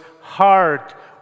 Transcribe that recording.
heart